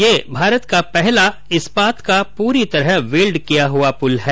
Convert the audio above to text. यह भारत का पहला इस्पात का पूरी तरह वेल्ड किया हुआ पुल है